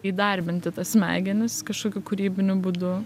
įdarbinti tas smegenis kažkokiu kūrybiniu būdu